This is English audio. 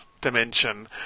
dimension